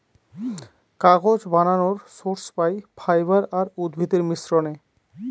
কাগজ বানানর সোর্স পাই ফাইবার আর উদ্ভিদের মিশ্রনে